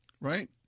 right